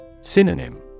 Synonym